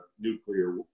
nuclear